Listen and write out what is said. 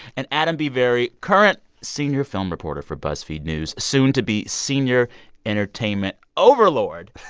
and adam b. vary, current senior film reporter for buzzfeed news, soon to be senior entertainment overlord